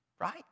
Right